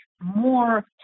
more